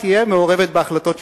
תהיה מעורבת בהחלטות שלך.